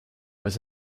was